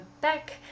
back